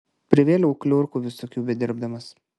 privėliau kliurkų visokių bedirbdamas